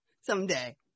someday